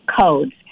codes